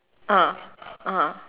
ah (uh huh)